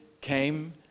came